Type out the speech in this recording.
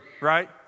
right